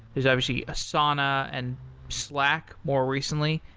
there's, obviously, asana, and slack more recently.